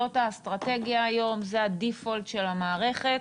זאת האסטרטגיה היום, זה הדיפולט של המערכת,